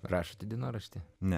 rašėte dienoraštį ne